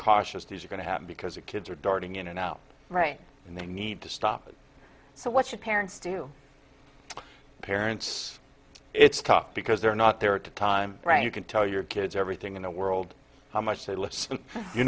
cautious these are going to happen because the kids are darting in and out right and they need to stop and so what should parents do parents it's tough because they're not there at a time when you can tell your kids everything in the world how much they listen you